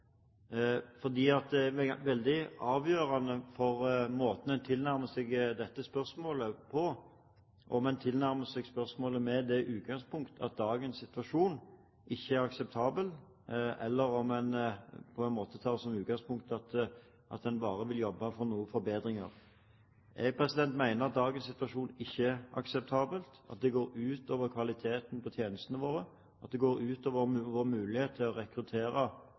Veldig avgjørende for måten en tilnærmer seg dette spørsmålet på, er om en tilnærmer seg spørsmålet med det utgangspunkt at dagens situasjon ikke er akseptabel, eller om en har som utgangspunkt at en bare vil jobbe for noen forbedringer. Jeg mener at dagens situasjon ikke er akseptabel, at det ikke er akseptabelt at det går ut over kvaliteten på tjenestene våre og ut over vår mulighet til å rekruttere